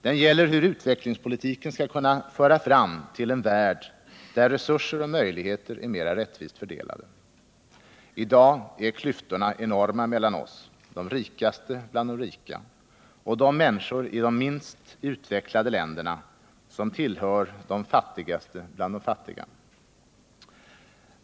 Den gäller hur utvecklingspolitiken skall kunna föra fram till en värld där resurser och möjligheter är mera rättvist fördelade. I dag är klyftorna enorma mellan oss — de rikaste bland de rika — och de människor i de minst utvecklade länderna som tillhör de fattigaste bland de fattiga.